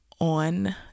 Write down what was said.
on